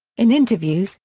in interviews,